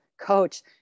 coach